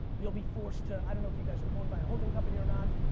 you'll be forced to, i don't know if you guys are owned by holding company or not,